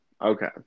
okay